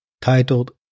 titled